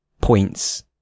points